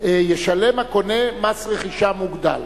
ישלם הקונה מס רכישה מוגדל.